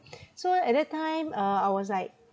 so at that time uh I was like